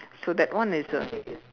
so that one is a